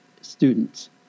students